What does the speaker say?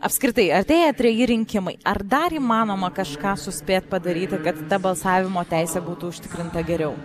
apskritai artėja treji rinkimai ar dar įmanoma kažką suspėt padaryti kad ta balsavimo teisė būtų užtikrinta geriau